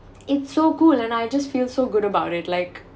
it's so cool and I just feel so good about it like